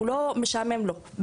הוא לא עושה את זה כי משעמם לו בחיים.